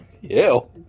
Ew